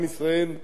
ידע,